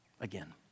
Again